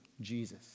Jesus